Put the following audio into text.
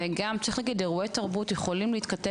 וגם צריך להגיד שאירועי תרבות יכולים להתכתב